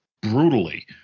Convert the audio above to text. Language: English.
brutally